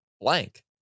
blank